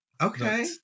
Okay